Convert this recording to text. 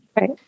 right